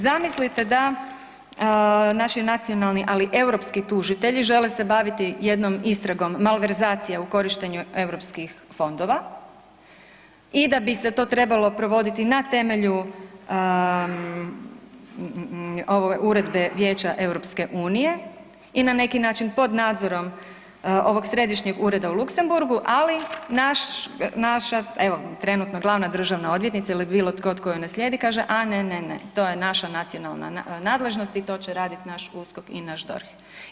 Zamislite da naši nacionalni ali europski tužitelji žele se baviti jednom istragom, malverzacija u korištenju EU fondova i da bi se to trebalo provoditi na temelju uredbe Vijeća EU i na neki način pod nadzorom ovog središnjeg ureda u Luksemburgu, ali naša evo, trenutno, glavna državna odvjetnica ili bilo tko tko ju naslijedi, a ne, ne, ne, to je naša nacionalna nadležnost i to će raditi naš USKOK i naš DORH.